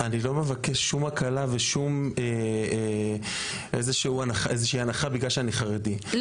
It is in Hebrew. אני לא מבקש שום הקלה או הנחה בגלל שאני חרדי,